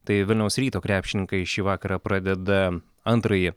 tai vilniaus ryto krepšininkai šį vakarą pradeda antrąjį